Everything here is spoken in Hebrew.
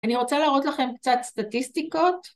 אני רוצה להראות לכם קצת סטטיסטיקות.